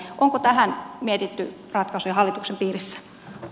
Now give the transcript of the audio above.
onko tähän mietitty ratkaisuja hallituksen piirissä